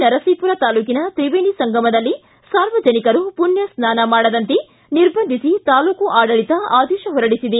ನರಸೀಪುರ ತಾಲೂಕಿನ ತ್ರಿವೇಣಿ ಸಂಗಮದಲ್ಲಿ ಸಾರ್ವಜನಿಕರು ಪುಣ್ಯಸ್ನಾನ ಮಾಡದಂತೆ ನಿರ್ಬಂಧಿಸಿ ತಾಲೂಕು ಆಡಳಿತ ಆದೇಶ ಹೊರಡಿಸಿದೆ